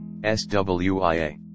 SWIA